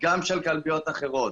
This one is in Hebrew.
גם של כלביות אחרות,